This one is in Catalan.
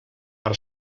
per